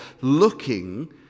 looking